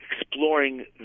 exploring